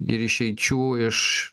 ir išeičių iš